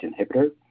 inhibitor